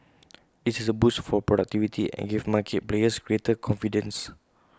this is A boost for productivity and gave market players greater confidence